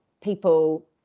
people